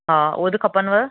हा उहे बि खपनिव